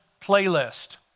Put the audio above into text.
playlist